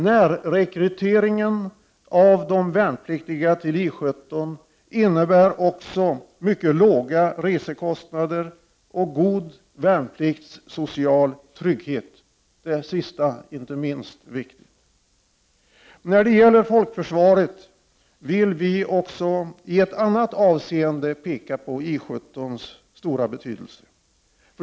Närrekryteringen av de värnpliktiga till 117 innebär också mycket låga resekostnader och god värnpliktssocial trygghet; det sista är inte minst viktigt. När det gäller folkförsvaret vill vi också i ett annat avseende peka på I 17:s stora betydelse.